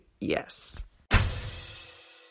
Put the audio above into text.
Yes